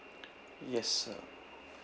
yes sir